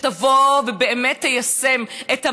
שתבוא ובאמת תיישם את המענים,